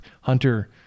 Hunter